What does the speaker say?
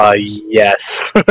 yes